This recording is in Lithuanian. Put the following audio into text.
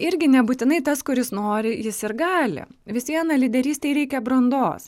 irgi nebūtinai tas kuris nori jis ir gali vis viena lyderystei reikia brandos